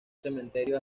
cementerio